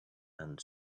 and